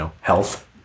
health